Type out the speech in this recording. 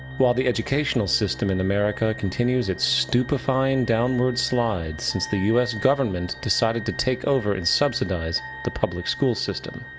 while the educational system in america continues its stupefying downward slide since the us government decided to take over and subsidize the public school system.